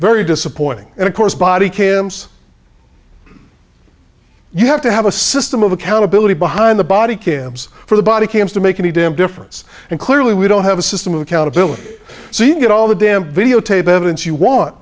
very disappointing and of course body kim you have to have a system of accountability behind the body kims for the body cams to make any damn difference and clearly we don't have a system of accountability so you get all the damn videotape evidence you want